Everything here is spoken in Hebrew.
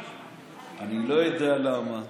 אני לא יודע למה,